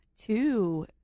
Two